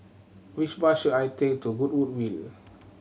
which bus should I take to Goodwood We